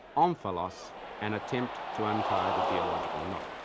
omphalos an attempt to untie the geological knot.